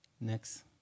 Next